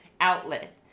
outlet